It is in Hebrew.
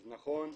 אז נכון,